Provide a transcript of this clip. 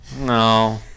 no